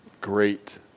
great